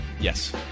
Yes